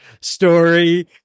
story